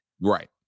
Right